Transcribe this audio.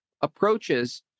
approaches